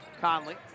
Conley